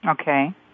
Okay